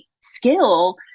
skill